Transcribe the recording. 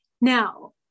Now